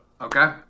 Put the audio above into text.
Okay